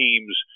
Teams